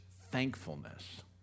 thankfulness